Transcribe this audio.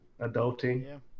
adulting